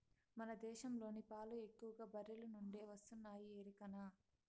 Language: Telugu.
మన దేశంలోని పాలు ఎక్కువగా బర్రెల నుండే వస్తున్నాయి ఎరికనా